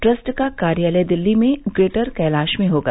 trust का कार्यालय दिल्ली में ग्रेटर कैलाश में होगा